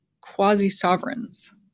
quasi-sovereigns